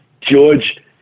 George